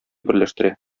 берләштерә